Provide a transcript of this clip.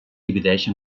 divideix